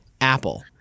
Apple